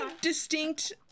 distinct